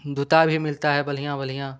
जूता भी मिलता है बढ़िया बढ़िया